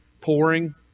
pouring